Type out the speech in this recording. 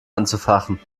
anzufachen